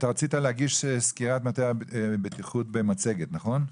אתה רצית להגיש את סקירת מטה הבטיחות במצגת נכון?